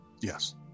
Yes